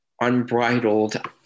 unbridled